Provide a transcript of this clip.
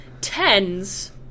tens